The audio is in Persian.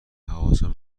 حواسم